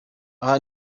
aha